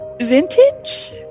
vintage